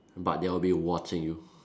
but they'll be watching you